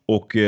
Och